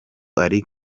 ari